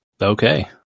Okay